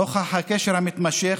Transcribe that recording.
נוכח הקשר המתמשך,